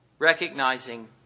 Recognizing